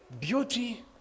Beauty